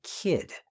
kid